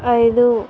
ఐదు